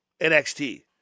NXT